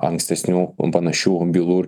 ankstesnių panašių bylų